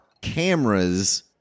cameras